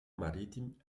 marítim